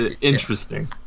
interesting